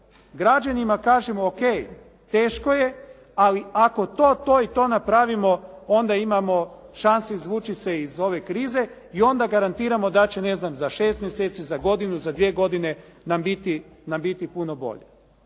građanima kažemo O.k. teško je, ali ako to, to i to napravimo, onda imamo šanse izvući se iz ove krize i onda garantiramo da će ne znam za 6 mjeseci, za godinu, za dvije godine nam biti puno bolje.